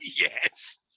Yes